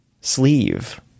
Sleeve